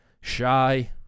shy